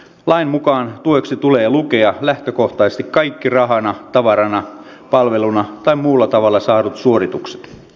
lain mukaan tueksi tulee lukea lähtökohtaisesti kaikki rahana tavarana palveluna tai muulla tavalla saadut suoritukset